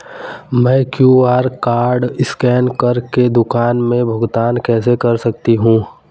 मैं QR code scan कर के दुकान में भुगतान कैसे कर सकती हूँ?